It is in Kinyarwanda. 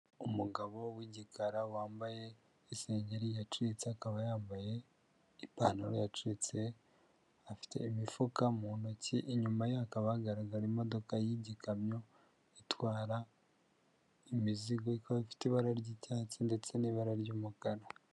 Umugabo w'igikara wambaye isengeri yacitse akaba yambaye ipantaro yacitse, afite imifuka mu ntoki inyuma yaka hagaragara imodoka y'igikamyo itwara imizigo ifite ibara ry'icyatsi ndetse n'ibara ry'umukara.